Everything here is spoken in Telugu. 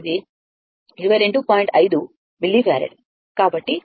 5 మిల్లీఫారడ్